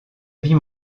vie